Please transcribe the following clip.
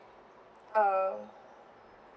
err